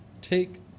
take